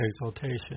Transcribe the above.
exaltation